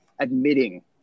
admitting